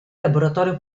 laboratorio